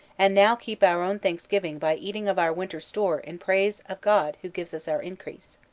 and now keep our own thanksgiving by eating of our winter store in praise of god who gives us our increase.